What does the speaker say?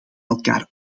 elkaar